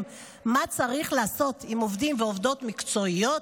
מה צריך לעשות עם עובדים ועובדות מקצועיות?